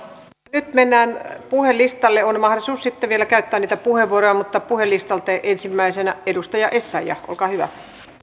nyt mennään puhelistalle on mahdollisuus sitten vielä käyttää niitä puheenvuoroja puhelistalta ensimmäisenä edustaja essayah olkaa hyvä